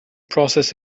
process